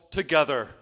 together